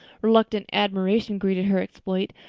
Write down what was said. reluctant admiration greeted her exploit,